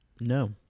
No